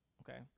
Okay